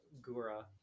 Gura